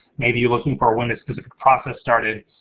maybe you're looking for when this physical process started,